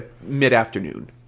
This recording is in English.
mid-afternoon